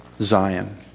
Zion